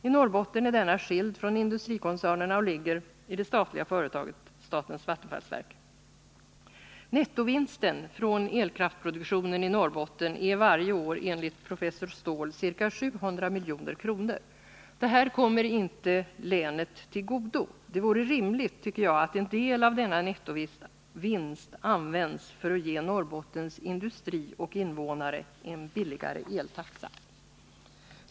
I Norrbotten är denna skild från industrikoncernerna och ligger i statens vattenfallsverk. Nettovinsten från elkraftproduktionen i Norrbotten är varje år enligt professor Ståhl ca 700 milj.kr. Detta kommer inte länet till godo. Det vore rimligt, tycker jag, att en del av denna nettovinst användes för att ge Norrbottens industri och invånare en billigare eltaxa.